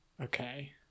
Okay